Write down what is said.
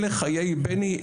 אלה חיי בני,